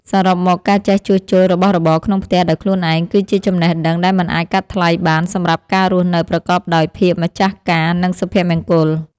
សរុបមក ការចេះជួសជុលរបស់របរក្នុងផ្ទះដោយខ្លួនឯង គឺជាចំណេះដឹងដែលមិនអាចកាត់ថ្លៃបានសម្រាប់ការរស់នៅប្រកបដោយភាពម្ចាស់ការ និងសុភមង្គល។